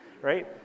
right